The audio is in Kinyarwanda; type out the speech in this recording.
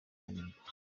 kanimba